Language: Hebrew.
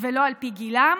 ולא על פי גילם,